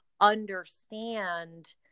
understand